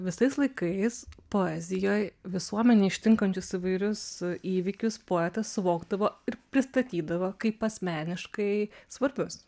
visais laikais poezijoj visuomenėj ištinkančius įvairius įvykius poetas suvokdavo ir pristatydavo kaip asmeniškai svarbius